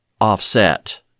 offset